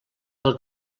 del